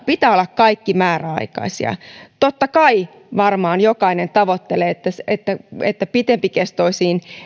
pitää olla kaikkien määräaikaisia totta kai varmaan jokainen tavoittelee että että pitempikestoisiin